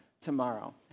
tomorrow